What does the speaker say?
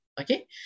Okay